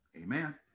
Amen